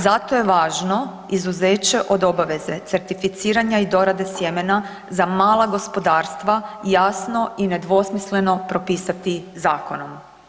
Zato je važno izuzeće od obaveze certificiranja i dorade sjemena za mala gospodarstva jasno i nedvosmisleno propisati zakonom.